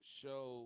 show